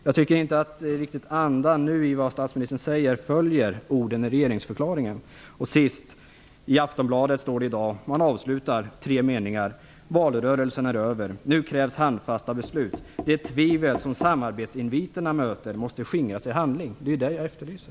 Jag tycker inte riktigt andan i det statsministern säger följer orden i regeringsförklaringen. Aftonbladet skriver i dag: "Valrörelsen är över. Nu krävs handfasta beslut. De tvivel som samarbetsinviterna möter måste skingras i handling." Det är vad jag efterlyser.